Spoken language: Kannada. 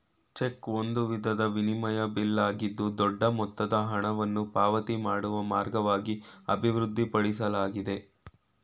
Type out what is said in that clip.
ಚೆಕ್ ಒಂದು ವಿಧದ ವಿನಿಮಯ ಬಿಲ್ ಆಗಿದ್ದು ದೊಡ್ಡ ಮೊತ್ತದ ಹಣವನ್ನು ಪಾವತಿ ಮಾಡುವ ಮಾರ್ಗವಾಗಿ ಅಭಿವೃದ್ಧಿಪಡಿಸಲಾಗಿದೆ